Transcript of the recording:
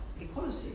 equality